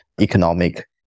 economic